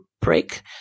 break